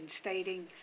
stating